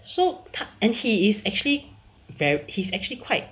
so 他 and he is actually very he's actually quite